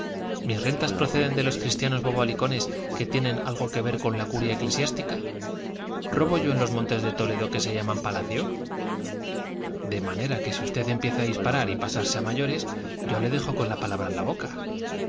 mis rentas proceden de los cristianos bobalicones que tienen algo que ver con la curia eclesiástica robo yo en esos montes de toledo que se llaman palacio de manera que si usted empieza a disparatar y a pasarse a mayores yo le dejo con la palabra en la boca